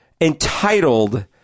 entitled